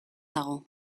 dago